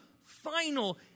final